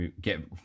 get